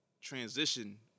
transition